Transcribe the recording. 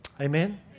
Amen